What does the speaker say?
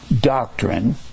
doctrine